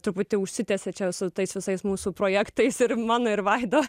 truputį užsitęsė čia su tais visais mūsų projektais ir mano ir vaido